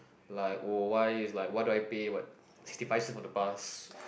like oh why is like why do I pay what sixty five cents for the bus